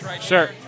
Sure